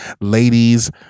Ladies